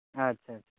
ᱟᱪᱪᱷᱟ ᱪᱷᱟ